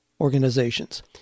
organizations